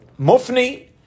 Mufni